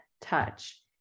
touch